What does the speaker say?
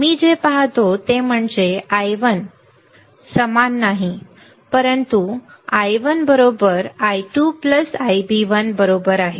मी जे पाहतो ते म्हणजे I1 समान नाही परंतु I1 I2Ib1 बरोबर आहे